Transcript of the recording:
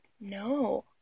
No